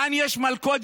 כאן יש מלכודת.